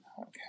Okay